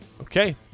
Okay